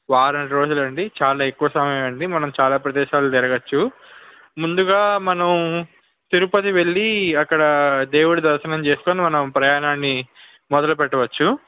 వారం రోజులు అండి చాలా ఎక్కువ సమయం అండి మనము చాలా ప్రదేశాలు తిరుగవచ్చు ముందుగా మనం తిరుపతి వెళ్ళి అక్కడ దేవుడి దర్శనం చేసుకుని మనం ప్రయాణాన్ని మొదలు పెట్టవచ్చు